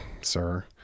sir